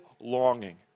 longing